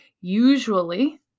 usually